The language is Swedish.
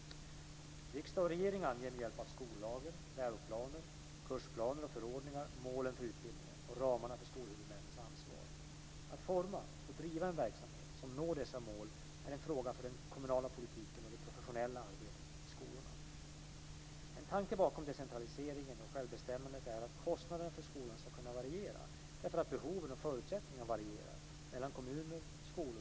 Riksdag och regering anger med hjälp av skollag, läroplaner, kursplaner och förordningar målen för utbildningen och ramarna för skolhuvudmännens ansvar. Att forma och driva en verksamhet som når dessa mål är en fråga för den kommunala politiken och det professionella arbetet i skolorna. En tanke bakom decentraliseringen och självbestämmandet är att kostnaderna för skolan ska kunna variera, därför att behoven och förutsättningarna varierar mellan kommuner, skolor och elever.